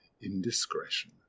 indiscretion